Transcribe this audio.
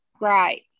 right